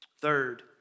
Third